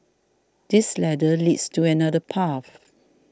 this ladder leads to another path